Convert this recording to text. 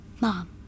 Mom